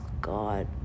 god